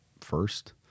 first